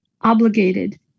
obligated